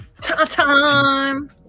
time